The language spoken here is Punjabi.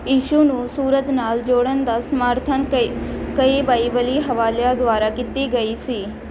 ਈਸ਼ੂ ਨੂੰ ਸੂਰਜ ਨਾਲ ਜੋੜਨ ਦਾ ਸਮਰਥਨ ਕਈ ਕਈ ਬਾਈਬਲੀ ਹਵਾਲਿਆਂ ਦੁਆਰਾ ਕੀਤੀ ਗਈ ਸੀ